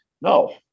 no